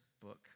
book